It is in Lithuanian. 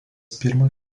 pirmą